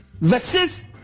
Versus